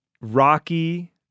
rocky